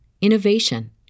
innovation